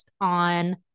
on